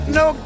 no